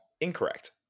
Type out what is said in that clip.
incorrect